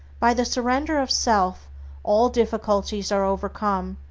by the surrender of self all difficulties are overcome,